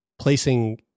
placing